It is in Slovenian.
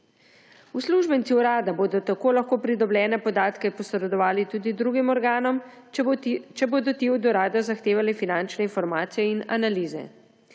Uslužbenci urada bodo tako pridobljene podatke posredovali tudi drugim organom, če bodo ti od urada zahtevali finančne informacije in analize.